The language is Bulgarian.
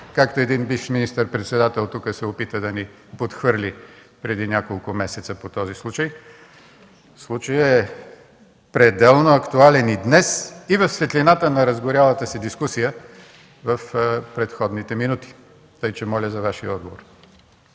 както един бивш министър-председател тук се опита да ни подхвърли преди няколко месеца по този случай. Случаят е пределно актуален и днес, и в светлината на разгорялата се дискусия в предходните минути, така че моля за Вашия отговор.